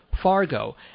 Fargo